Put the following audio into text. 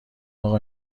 آقا